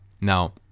Now